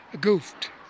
goofed